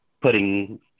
Putting